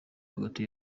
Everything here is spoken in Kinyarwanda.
hagati